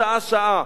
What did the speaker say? שעה-שעה,